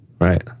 Right